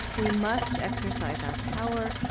we must exercise our power,